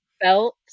felt